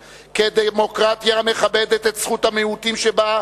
כדמוקרטיה המכבדת את זכות המיעוטים שבה,